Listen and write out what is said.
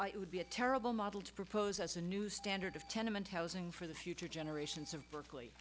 it would be a terrible model to propose as a new standard of tenement housing for the future generations of berkeley